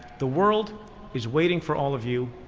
the world is waiting for all of you.